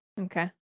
okay